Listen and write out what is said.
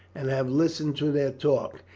and have listened to their talk.